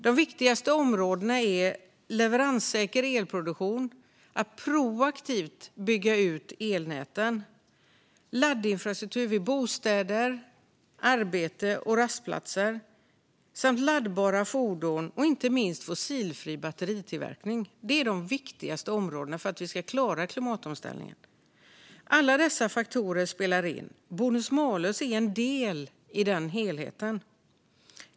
De viktigaste områdena är leveranssäker elproduktion, att proaktivt bygga ut elnäten, laddinfrastruktur vid bostäder, arbete och rastplatser samt laddbara fordon och, inte minst, fossilfri batteritillverkning. Det är de viktigaste områdena för att vi ska klara klimatomställningen. Alla dessa faktorer spelar in, och bonus malus är en del i den helheten.